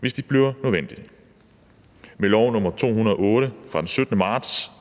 hvis det bliver nødvendigt. Med lov nr. 208 fra den 17. marts